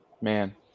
man